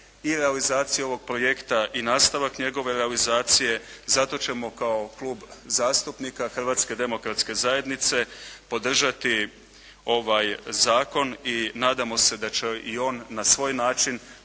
i realizacije ovog projekta i nastavak njegove realizacije. Zato ćemo kao Klub zastupnika Hrvatske demokratske zajednice podržati ovaj zakon i nadamo se da će i on na svoj način,